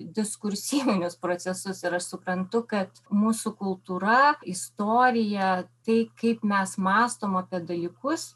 diskursyvinius procesus ir aš suprantu kad mūsų kultūra istorija tai kaip mes mąstom apie dalykus